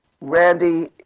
Randy